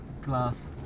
glass